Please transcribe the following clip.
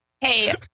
Hey